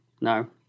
No